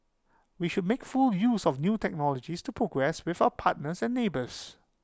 we should make full use of new technologies to progress with our partners and neighbours